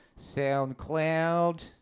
SoundCloud